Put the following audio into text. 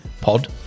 Pod